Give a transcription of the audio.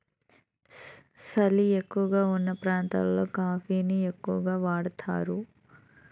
సలి ఎక్కువగావున్న ప్రాంతాలలో కాఫీ ని ఎక్కువగా వాడుతారు